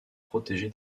protégées